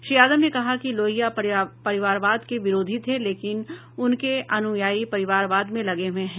श्री यादव ने कहा कि लोहिया परिवारवाद के विरोधी थे लेकिन उनके अनुयाई परिवारवाद में लगे हुए हैं